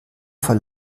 vor